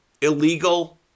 illegal